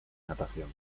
natación